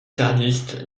carliste